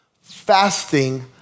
Fasting